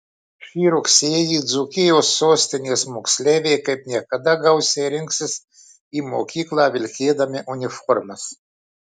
šį rugsėjį dzūkijos sostinės moksleiviai kaip niekada gausiai rinksis į mokyklą vilkėdami uniformas